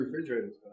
refrigerators